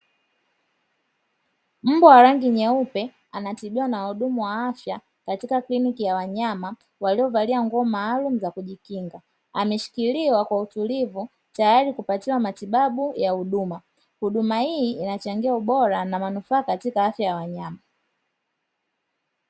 Mbwa wa rangi nyeupe anatibiwa na wahudumu wa afya katika kiliniki ya wanyama walio valia nguo maalum za kujikinga ,ameshikiliwa kwa utulivu tayari kupatiwa matibabu ya huduma . Huduma hii inachangia ubora na manufaa katika afya ya wanyama .